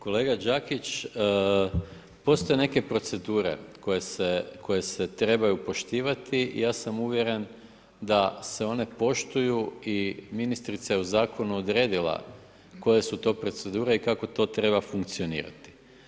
Kolega Đakić, postoje neke procedure koje se trebaju poštivati, ja sam uvjeren da se one poštuju i ministrica je u zakonu odredila koje su to procedure i kako to treba funkcionirati.